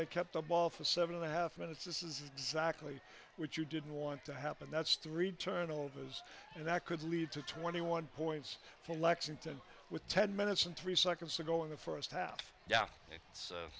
they kept the ball for seven and a half minutes this is exactly what you didn't want to happen that's three turnovers and that could lead to twenty one points for lexington with ten minutes and three seconds to go in the first half it's a